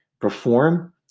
Perform